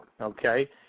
okay